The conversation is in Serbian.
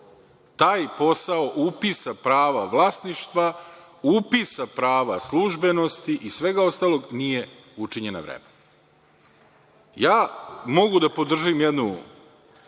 taj posao upisa prava vlasništva, upisa prava službenosti i svega ostalog nije učinjen na vreme. Ja mogu da podržim jednu